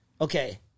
okay